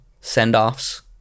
send-offs